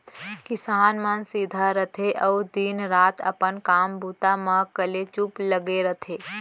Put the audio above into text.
किसान मन सीधा रथें अउ दिन रात अपन काम बूता म कलेचुप लगे रथें